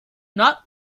not